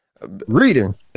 reading